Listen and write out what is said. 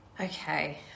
Okay